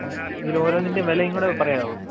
ഇതിന് ഓരോന്നിൻ്റെയും വിലയും കൂടി പറയാമോ